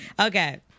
Okay